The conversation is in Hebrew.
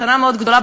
מתנה מאוד גדולה,